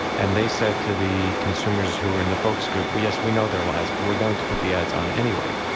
and they said to the consumers who were in the focus group, yes, we know they're lies, but we're going to put the ads on anyway.